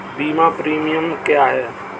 बीमा प्रीमियम क्या है?